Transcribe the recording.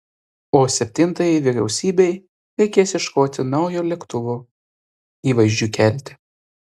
o septintajai vyriausybei reikės ieškoti naujo lėktuvo įvaizdžiui kelti